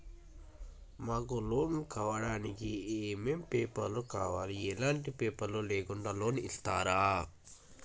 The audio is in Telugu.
మాకు లోన్ కావడానికి ఏమేం పేపర్లు కావాలి ఎలాంటి పేపర్లు లేకుండా లోన్ ఇస్తరా?